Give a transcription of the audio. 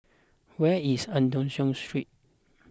where is Eu Tong Sen Street